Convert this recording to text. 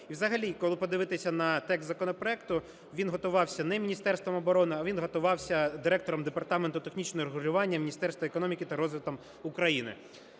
І взагалі коли подивитися на текст законопроекту – він готувався не Міністерством оборони, а він готувався директором департаменту технічного регулювання Міністерства економіки та розвитку України.